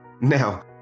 Now